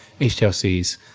HTLCs